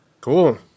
Cool